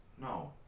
No